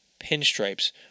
pinstripes